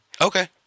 Okay